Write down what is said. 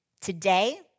today